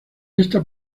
esta